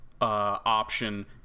option